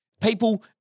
People